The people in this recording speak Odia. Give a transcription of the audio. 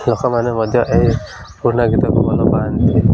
ଲୋକମାନେ ମଧ୍ୟ ଏ ପୁରୁଣା ଗୀତକୁ ଭଲ ପାଆନ୍ତି